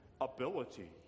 ability